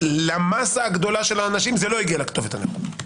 למסה הגדולה של האנשים זה לא הגיע לכתובת הנכונה.